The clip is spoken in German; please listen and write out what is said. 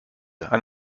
ein